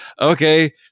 okay